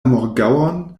morgaŭon